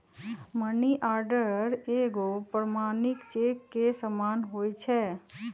money order एगो प्रमाणिक cheque के समान होइ छै